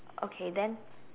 okay then